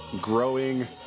growing